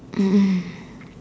mm mm